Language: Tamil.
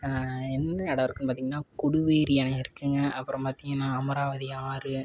எந்தெந்த இடம் இருக்குன்னு பார்த்திங்கன்னா கொடுவேரி அணை இருக்குங்க அப்புறம் பார்த்திங்கன்னா அமராவதி ஆறு